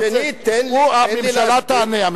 ושנית, תן לי, הממשלה תענה.